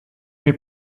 mais